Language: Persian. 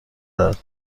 دهد